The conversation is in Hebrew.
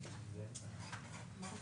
לא,